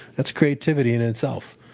that's creativity in itself.